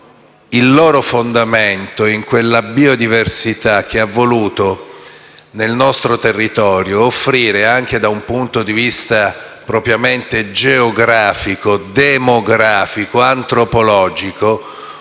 il loro fondamento in quella biodiversità che ha voluto offrire nel nostro territorio, anche da un punto di vista propriamente geografico, demografico e antropologico,